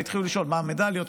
והתחילו לשאול: מה המדליות?